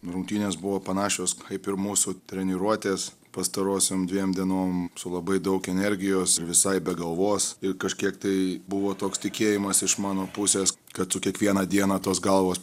rungtynės buvo panašios kaip ir mūsų treniruotės pastarosiom dviem dienom su labai daug energijos visai be galvos ir kažkiek tai buvo toks tikėjimas iš mano pusės kad su kiekvieną dieną tos galvos